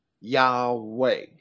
Yahweh